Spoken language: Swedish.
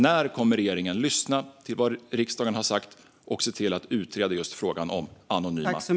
När kommer regeringen att lyssna till vad riksdagen har sagt och se till att utreda just frågan om anonyma vittnen?